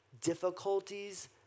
difficulties